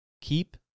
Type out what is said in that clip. Keep